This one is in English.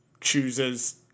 chooses